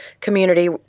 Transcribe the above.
community